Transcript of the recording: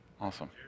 Awesome